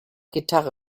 gitarre